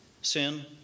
sin